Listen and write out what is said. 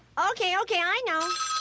okay, okay, i know.